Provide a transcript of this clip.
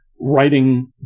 writing